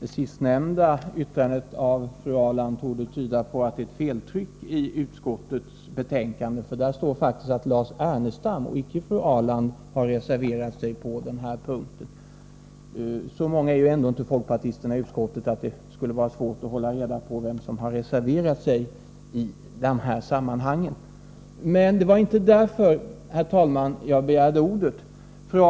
Det sistnämnda yttrandet av fru Ahrland torde tyda på att det är ett feltryck i utskottets betänkande. Där står faktiskt att Lars Ernestam och icke fru Ahrland har reserverat sig på den här punkten. Så många är inte folkpartisterna i utskottet att det skulle vara svårt att hålla reda på vem som har reserverat sig i detta sammanhang. Men det var inte därför jag begärde ordet, herr talman.